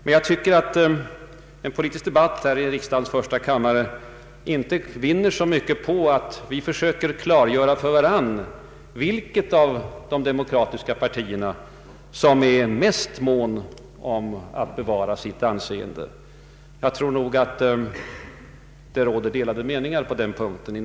Men en politisk debatt i riksdagens första kammare vinner inte mycket på att vi försöker fastställa vilket av de demokratiska partierna som är mest mån om att bevara sitt anseende. Inom de olika partierna råder nog delade meningar på den punkten.